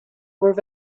were